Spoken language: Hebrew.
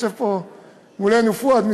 יושב פה מולנו פואד,